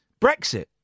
Brexit